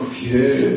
Okay